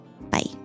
Bye